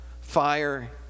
fire